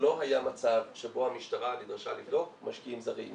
לא היה מצב שבו המשטרה נדרשה לבדוק משקיעים זרים.